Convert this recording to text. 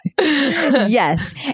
Yes